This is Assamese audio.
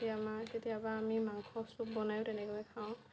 এতিয়া আমাৰ কেতিয়াবা আমি মাংসৰ চুপ্ বনায়ো তেনেকৈ খাওঁ